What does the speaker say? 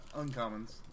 uncommons